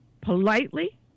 politely